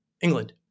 England